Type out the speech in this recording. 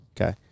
Okay